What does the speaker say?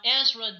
Ezra